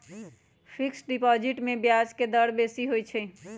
fixed deposit में ब्याज के दर बेशी होइ छइ